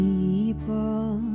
People